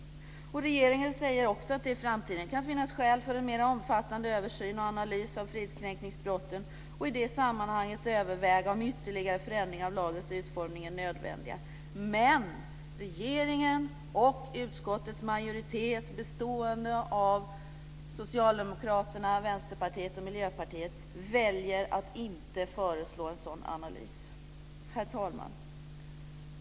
Regeringen säger också att det i framtiden kan finnas skäl för en mer omfattande översyn och analys av fridskränkningsbrotten och att i det sammanhanget överväga om ytterligare förändringar av lagens utformning är nödvändiga. Men regeringen och utskottets majoritet, bestående av Socialdemokraterna, Vänsterpartiet och Miljöpartiet, väljer att inte föreslå en sådan analys. Herr talman!